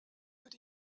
but